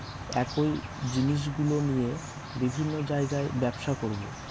একই জিনিসগুলো নিয়ে বিভিন্ন জায়গায় ব্যবসা করবো